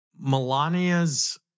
Melania's